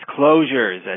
closures